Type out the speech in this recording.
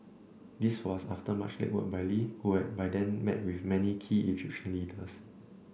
this was after much legwork by Lee who had by then met with many key Egyptian leaders